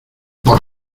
por